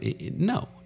no